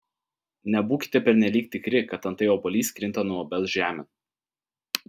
nebūkite pernelyg tikri kad antai obuolys krinta nuo obels žemėn